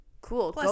cool